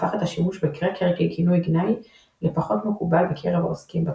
הפך את השימוש ב"קראקר" ככינוי גנאי לפחות מקובל בקרב העוסקים בתחום.